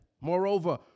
Moreover